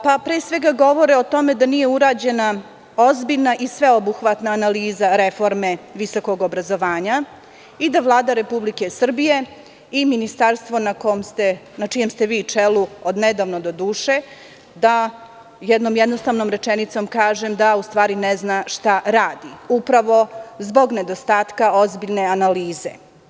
Pre svega govore o tome da nije urađena ozbiljna i sveobuhvatna analiza reforme visokog obrazovanja i da Vlada Republike Srbije i Ministarstvo na čijem ste vi čelu, odnedavno doduše, da jednom jednostavnom rečenicom kaže da u stvari ne zna šta radi, upravo zbog nedostatka ozbiljne analize.